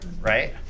right